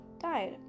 died